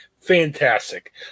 Fantastic